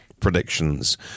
predictions